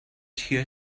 here